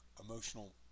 emotional